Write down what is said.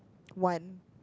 one